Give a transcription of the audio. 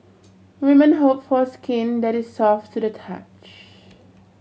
women hope for skin that is soft to the touch